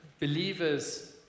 believers